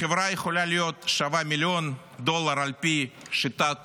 החברה יכולה להיות שווה מיליון דולר על פי שיטת